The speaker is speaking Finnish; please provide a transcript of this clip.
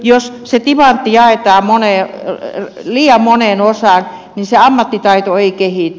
jos se timantti jaetaan liian moneen osaan niin se ammattitaito ei kehity